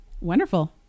Wonderful